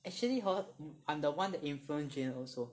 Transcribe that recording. actually hor I'm the one that influence Jayen also